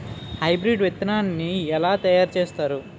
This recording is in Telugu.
హైబ్రిడ్ విత్తనాన్ని ఏలా తయారు చేస్తారు?